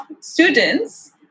students